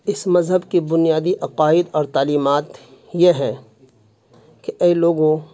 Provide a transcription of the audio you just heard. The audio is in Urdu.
اس مذہب کے بنیادی عقائد اور تعلیمات یہ ہے کہ اے لوگو